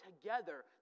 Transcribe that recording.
together